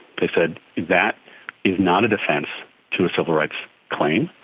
they said that is not a defence to a civil rights claim.